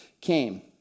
came